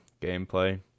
gameplay